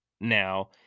Now